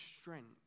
strength